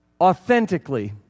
authentically